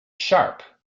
sharp